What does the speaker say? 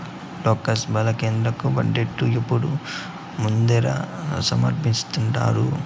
లోక్సభల కేంద్ర బడ్జెటు ఎప్పుడూ ముందరే సమర్పిస్థాండారు